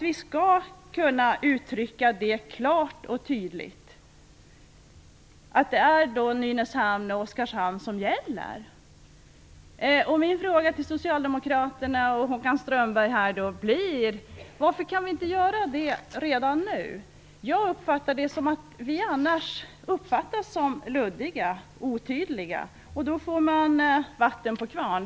Vi skall kunna uttrycka klart och tydligt att det är Nynäshamn och Oskarshamn som gäller. Min fråga till Socialdemokraterna och Håkan Strömberg blir: Varför kan vi inte göra det redan nu? Jag tror att vi annars kan uppfattas som luddiga och otydliga, och då får kritikerna vatten på sin kvarn.